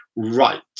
Right